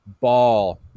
ball